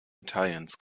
italiens